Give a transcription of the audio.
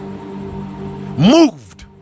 moved